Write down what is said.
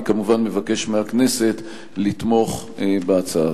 אני כמובן מבקש מהכנסת לתמוך בהצעה.